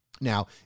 Now